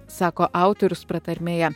sako autorius pratarmėje